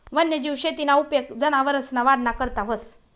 वन्यजीव शेतीना उपेग जनावरसना वाढना करता व्हस